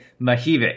Mahivik